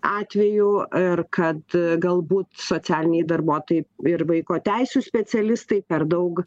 atvejų ir kad galbūt socialiniai darbuotojai ir vaiko teisių specialistai per daug